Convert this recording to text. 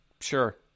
sure